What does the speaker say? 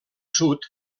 sud